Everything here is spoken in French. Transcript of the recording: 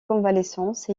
convalescence